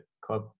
club